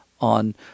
on